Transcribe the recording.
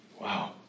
Wow